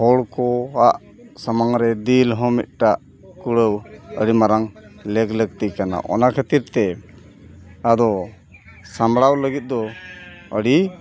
ᱦᱚᱲ ᱠᱚᱣᱟᱜ ᱥᱟᱢᱟᱝ ᱨᱮ ᱫᱤᱞ ᱦᱚᱸ ᱢᱤᱫᱴᱟᱝ ᱠᱩᱲᱟᱹᱣ ᱟᱹᱰᱤ ᱢᱟᱨᱟᱝ ᱞᱮᱜᱽ ᱞᱟᱹᱠᱛᱤ ᱠᱟᱱᱟ ᱚᱱᱟ ᱠᱷᱟᱹᱛᱤᱨ ᱛᱮ ᱟᱫᱚ ᱥᱟᱢᱵᱲᱟᱣ ᱞᱟᱹᱜᱤᱫ ᱫᱚ ᱟᱹᱰᱤ